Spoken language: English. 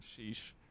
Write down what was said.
sheesh